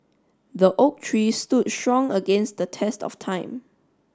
the oak tree stood strong against the test of time